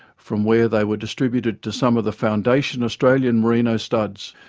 from where they were distributed to some of the foundation australian merino studs,